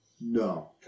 No